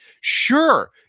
Sure